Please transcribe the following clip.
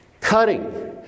Cutting